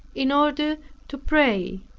in order to pray.